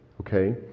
okay